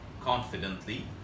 confidently